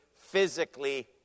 physically